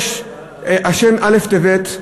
השם א' טבת,